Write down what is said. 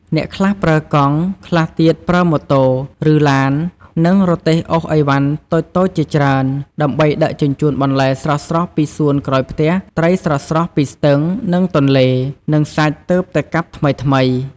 អ្នកខ្លះប្រើកង់ ខ្លះទៀតប្រើម៉ូតូ ឬឡាន និងរទេះអូសឥវ៉ាន់តូចៗជាច្រើន ដើម្បីដឹកជញ្ជូនបន្លែស្រស់ៗពីសួនក្រោយផ្ទះ ត្រីស្រស់ៗពីស្ទឹង និងទន្លេ និងសាច់ទើបតែកាប់ថ្មីៗ។